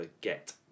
get